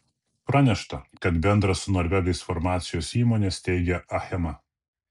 pranešta kad bendrą su norvegais farmacijos įmonę steigia achema